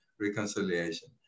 reconciliation